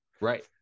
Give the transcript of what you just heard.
Right